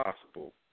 possible